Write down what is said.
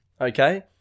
Okay